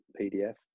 PDF